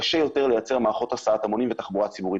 קשה יותר לייצר מערכות הסעת המונים ותחבורה ציבורית.